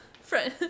Friend